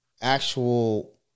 actual